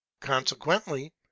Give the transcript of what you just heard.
consequently